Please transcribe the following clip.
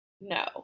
No